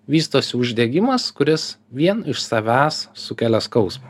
vystosi uždegimas kuris vien iš savęs sukelia skausmą